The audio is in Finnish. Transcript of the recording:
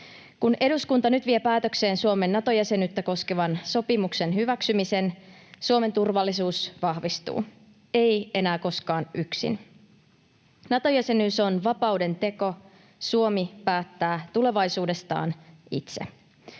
Kun eduskunta nyt vie päätökseen Suomen Nato-jäsenyyttä koskevan sopimuksen hyväksymisen, Suomen turvallisuus vahvistuu. — Ei enää koskaan yksin. Nato-jäsenyys on vapauden teko. Suomi päättää tulevaisuudestaan itse.